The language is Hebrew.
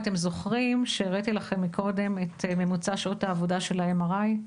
אתם זוכרים שהראיתי לכם קודם את ממוצע שעות העבודה של ה-MRI?